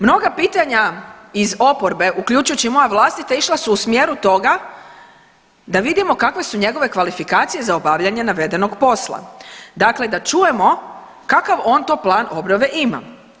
Mnoga pitanja iz oporbe, uključujući i moja vlastita išla su u smjeru toga da vidimo kakve su njegove kvalifikacije za obavljanje navedenog posla, dakle da čujemo kakav on to plan obnove ima.